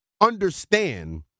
understand